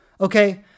okay